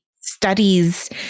studies